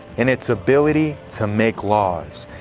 in its ability to make laws.